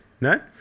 no